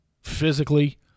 physically